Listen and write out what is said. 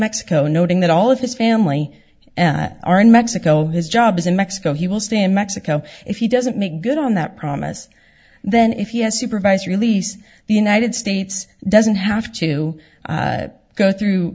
mexico noting that all of his family are in mexico his job is in mexico he will stay in mexico if he doesn't make good on that promise then if he has supervised release the united states doesn't have to go through